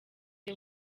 the